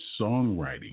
songwriting